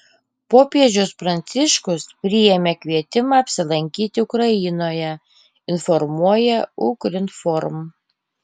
popiežius pranciškus priėmė kvietimą apsilankyti ukrainoje informuoja ukrinform